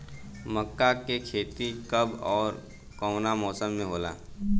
मका के खेती कब ओर कवना मौसम में होला?